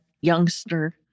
youngster